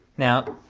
now,